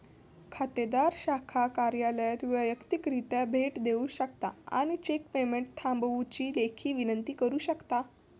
खातोदार शाखा कार्यालयात वैयक्तिकरित्या भेट देऊ शकता आणि चेक पेमेंट थांबवुची लेखी विनंती करू शकता